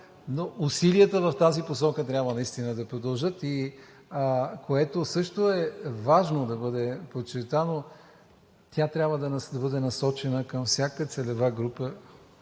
но усилията в тази посока трябва наистина да продължат. Важно е също да бъде подчертано, че тя трябва да бъде насочена към всяка целева група,